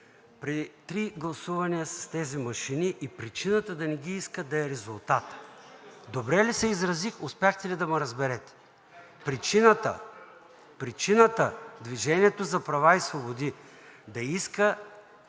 при три гласувания с тези машини и причината да не ги искат да е резултатът. Добре ли се изразих, успяхте ли да ме разберете? Причините „Движение за права и свободи“ да иска